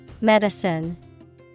Medicine